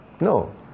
No